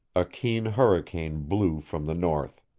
a keen hurricane blew from the north